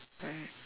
alright